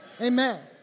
Amen